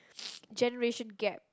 generation gap